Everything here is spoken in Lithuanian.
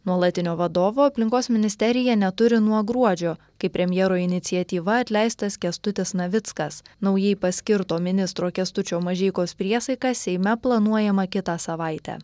nuolatinio vadovo aplinkos ministerija neturi nuo gruodžio kai premjero iniciatyva atleistas kęstutis navickas naujai paskirto ministro kęstučio mažeikos priesaiką seime planuojama kitą savaitę